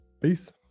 peace